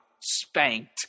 spanked